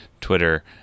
twitter